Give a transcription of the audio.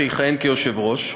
שיכהן כיושב-ראש,